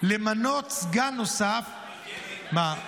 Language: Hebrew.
למנות סגן נוסף --- מלכיאלי,